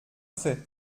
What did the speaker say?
fait